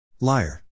Liar